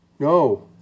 No